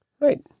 Right